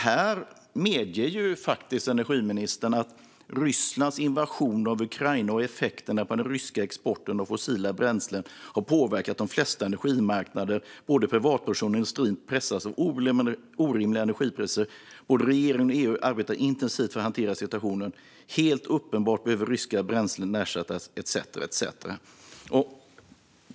Här medger faktiskt energiministern att Rysslands invasion av Ukraina och effekterna på den ryska exporten av fossila bränslen har påverkat de flesta energimarknader. Både privatpersoner och industrin pressas av orimliga energipriser, och regeringen och EU arbetar intensivt för att hantera situationen. Helt uppenbart behöver ryska bränslen ersättas etcetera etcetera.